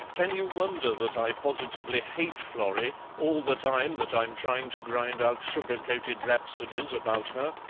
can you wonder that i positively hate florrie all the time that i'm trying to grind out sugar-coated rhapsodies about her.